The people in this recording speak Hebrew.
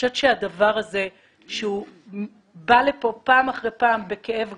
בדבר הזה שהוא בא לפה פעם אחר פעם בכאב גדול,